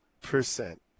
percent